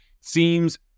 seems